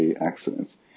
accidents